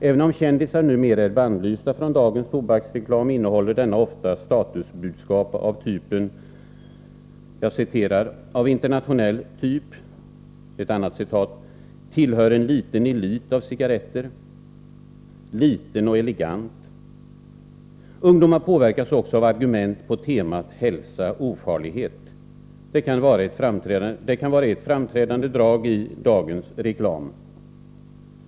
Även om kändisar numera är bannlysta från dagens tobaksreklam innehåller denna ofta statusbudskap såsom ”Av internationell typ”, ”Tillhör en liten elit av cigaretter”, ”Liten och elegant”. Ungdomar påverkas också av argument på temat Hälsa-ofarlighet. Det kan vara ett framträdande drag i dagens reklam.